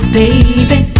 baby